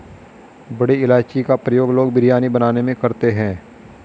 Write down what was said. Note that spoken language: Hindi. बड़ी इलायची का प्रयोग लोग बिरयानी बनाने में करते हैं